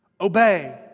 obey